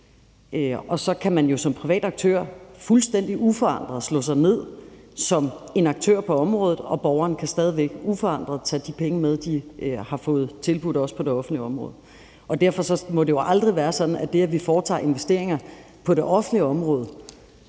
Og så kan man jo som privat aktør fuldstændig uforandret slå sig ned som en aktør på området, og borgeren kan stadig væk uforandret tage de penge med, de har fået tilbudt af os på det offentlige område. Så at se det, at vi foretager investeringer på det offentlige område,